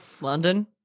London